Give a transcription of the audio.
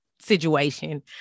situation